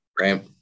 right